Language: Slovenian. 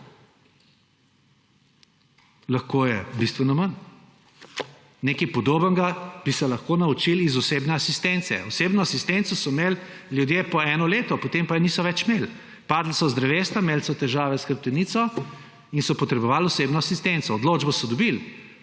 Lahko je bistveno manj. Nekaj podobnega bi se lahko naučili iz osebne asistence. Osebno asistenco so imeli ljudje po eno leto, potem je pa niso več imeli. Padli so z drevesa, imeli so težave s hrbtenico in so potrebovali osebno asistenco. Odločbo so dobili,